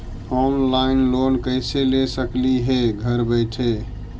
Online loan कैसे ले सकली हे घर बैठे?